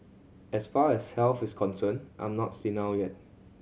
as far as health is concerned I'm not senile yet